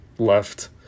left